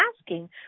asking